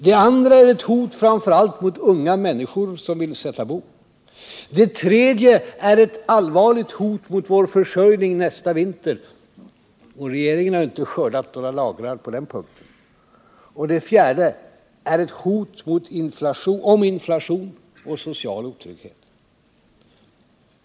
Det andra är ett hot framför allt mot unga människor, som vill sätta bo. Det tredje är ett allvarligt hot mot vår försörjning nästa vinter, och regeringen har ju inte skördat några lagrar på den punkten. Det fjärde är ett hot om inflation och social trygghet.